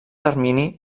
termini